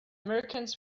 merchants